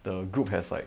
the group has like